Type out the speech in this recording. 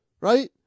Right